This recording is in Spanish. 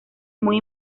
muy